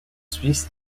suisses